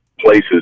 places